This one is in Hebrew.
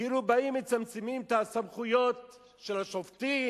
כאילו באים ומצמצמים את הסמכויות של השופטים.